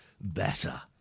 better